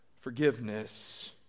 forgiveness